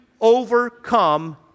overcome